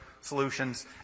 solutions